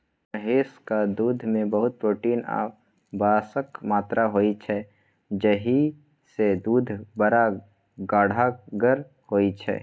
महिषक दुधमे बहुत प्रोटीन आ बसाक मात्रा होइ छै जाहिसँ दुध बड़ गढ़गर होइ छै